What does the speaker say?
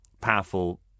powerful